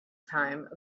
time